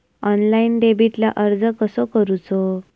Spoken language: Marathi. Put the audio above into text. ऑनलाइन डेबिटला अर्ज कसो करूचो?